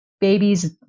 babies